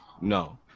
No